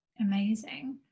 Amazing